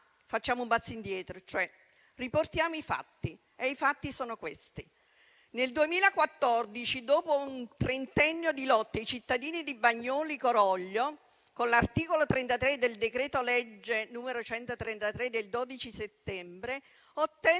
facciamo un passo indietro, cioè riportiamo i fatti. E i fatti sono i seguenti. Nel 2014, dopo un trentennio di lotta, i cittadini di Bagnoli-Coroglio, con l'articolo 33 del decreto-legge n. 133 del 12 settembre, ottennero